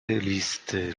listy